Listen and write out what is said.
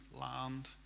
land